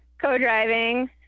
co-driving